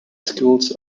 schools